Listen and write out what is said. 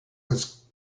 was